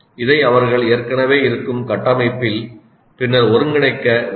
இதை அவர்கள் ஏற்கனவே இருக்கும் கட்டமைப்பில் பின்னர் ஒருங்கிணைக்க வேண்டும்